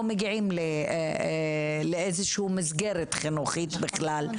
מגיעים לאיזו שהיא מסגרת חינוכית בכלל.